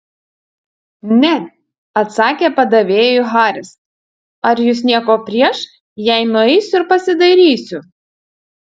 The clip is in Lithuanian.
ne atsakė padavėjui haris ar jūs nieko prieš jei nueisiu ir pasidairysiu